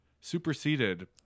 superseded